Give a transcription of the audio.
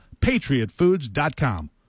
PatriotFoods.com